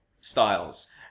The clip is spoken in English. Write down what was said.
styles